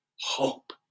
Hope